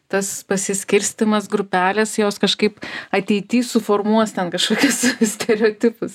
tas pasiskirstymas grupelės jos kažkaip ateity suformuos ten kažkokius stereotipus